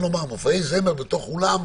מופעי זמר בתוך אולם,